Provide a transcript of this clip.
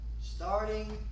Starting